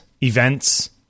events